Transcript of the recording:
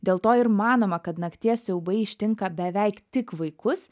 dėl to ir manoma kad nakties siaubai ištinka beveik tik vaikus